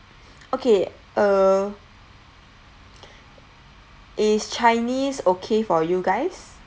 okay uh is chinese okay for you guys